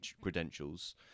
credentials